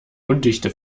undichte